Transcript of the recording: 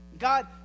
God